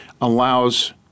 allows